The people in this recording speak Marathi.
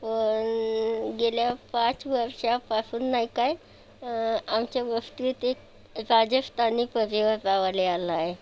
पण गेल्या पाच वर्षापासून नाही काय आमच्या वस्तीत एक राजस्थानी परिवार रावाले आला आहे